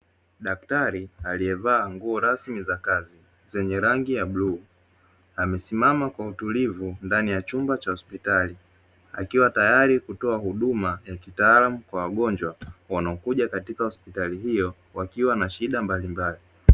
Daktari alìyevaa nguo rasmi za kazi zenye rangi ya bluu amesimama kwa utulivu ndani ya chumba cha hospitali akiwa tayari kutoa huduma ya kitaalamu kwa wagonjwa wanaokuja katika hospitali hiyo wakiwa na shida mbalimbali.